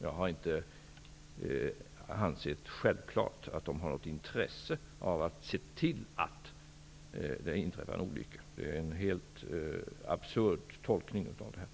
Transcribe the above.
Jag har inte ansett det vara självklart att de har något intresse av att se till att det inträffar en olycka. Det är en helt absurd tolkning av det hela.